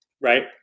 right